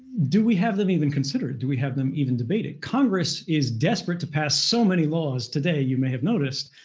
do we have them even consider it? do we have them even debate it? congress is desperate to pass so many laws today, you may have noticed,